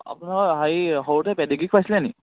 আপোনাৰ হেৰি সৰুতে পেডিগ্ৰী খুৱাইছিলে নি